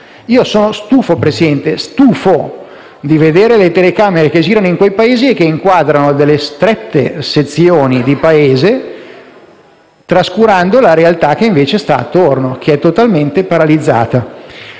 Io sono stufo, signora Presidente, stufo di vedere le telecamere che girano in quei paesi e che inquadrano delle strette sezioni del paese trascurando la realtà che invece sta attorno, che è totalmente paralizzata.